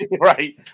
right